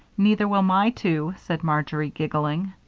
neither will my two, said marjory, giggling.